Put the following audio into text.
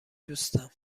دوستم